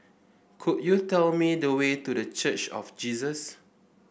could you tell me the way to The Church of Jesus